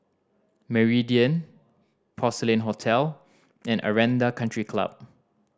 Meridian Porcelain Hotel and Aranda Country Club